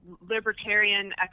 libertarian